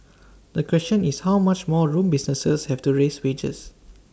the question is how much more room businesses have to raise wages